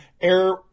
Air